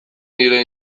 nire